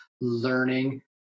learning